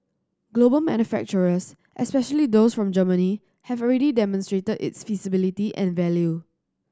global manufacturers especially those from Germany have already demonstrated its feasibility and value